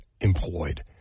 employed